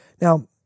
Now